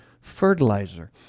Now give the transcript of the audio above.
fertilizer